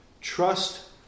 Trust